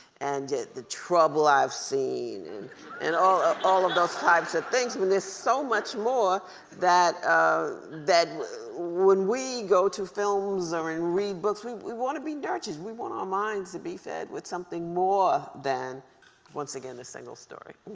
and the trouble i've seen and and all ah all of those types of things when there's so much more that ah that when we go to films or read books, we we want to be nurtured. we want our minds to be fed with something more than once again a single story.